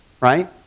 Right